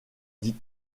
dit